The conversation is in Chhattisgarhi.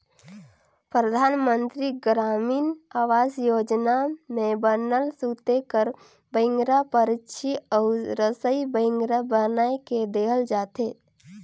परधानमंतरी गरामीन आवास योजना में बनल सूते कर बइंगरा, परछी अउ रसई बइंगरा बनाए के देहल जाथे